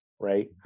right